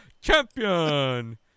champion